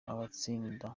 azatsinda